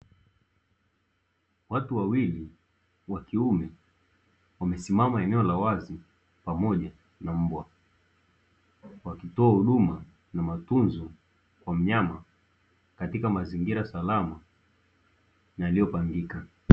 Watu wawili wa kiume wamesimama eneo la wazi pamoja na mbwa, wakitoa huduma na matunzo kwa mnyama katika mazingira salama na yaliyopangika.